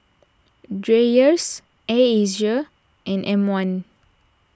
Dreyers Air Asia and M one